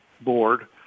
board